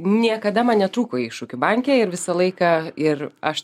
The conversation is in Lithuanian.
niekada man netrūko iššūkių banke ir visą laiką ir aš